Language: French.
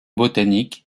botanique